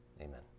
Amen